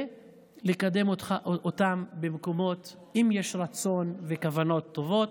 ולקדם אותן במקומות, אם יש רצון וכוונות טובות.